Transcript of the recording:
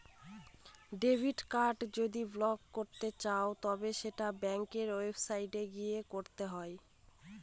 debit card যদি block করতে চাও তবে সেটা ব্যাঙ্কের ওয়েবসাইটে গিয়ে করতে হবে